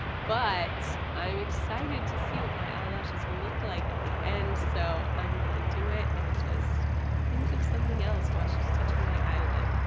but i'm excited to see what my eyelashes will look like and the end, so i'm gonna do it and just think of something else while she's touching my eyelid.